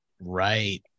right